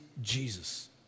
Jesus